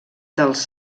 dels